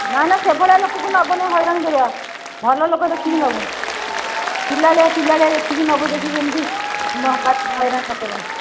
ନା ନା ସେଭଳିଆ ଲୋକକୁ ନବୁନୁ ହଇରାଣ କରିବ ଭଲ ଲୋକ ଦେଖିକି ନବୁ ପିଲାଳିଆ ପିଲାଳିଆ ଦେଖିକି ନବୁ ଦେଖିକି ଯେମିତି ହଇରାଣ ନ କରନ୍ତି